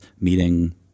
meeting